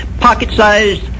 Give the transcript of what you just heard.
pocket-sized